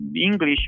English